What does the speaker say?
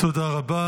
תודה רבה.